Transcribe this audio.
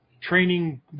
training